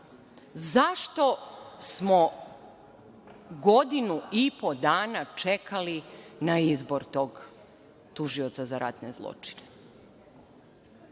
smo godinu i po dana čekali na izbor tog tužioca za ratne zločine?